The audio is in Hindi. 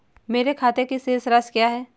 मेरे खाते की शेष राशि क्या है?